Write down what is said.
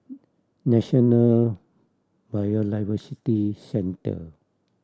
National Biodiversity Centre